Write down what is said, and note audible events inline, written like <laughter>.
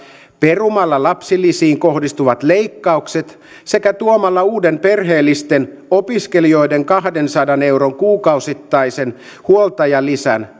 perumalla lapsilisiin kohdistuvat leikkaukset sekä tuomalla uuden perheellisten opiskelijoiden kahdensadan euron kuukausittaisen huoltajalisän <unintelligible>